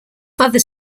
other